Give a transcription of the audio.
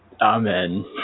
Amen